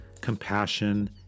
compassion